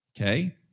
Okay